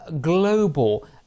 global